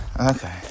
Okay